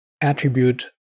attribute